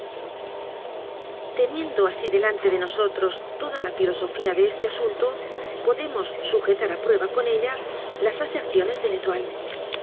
teniendo así delante de nosotros toda la filosofía de este asunto podemos sujetar á prueba con ella las aserciones de